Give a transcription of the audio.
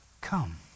come